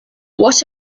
what